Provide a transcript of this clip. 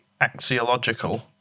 Axiological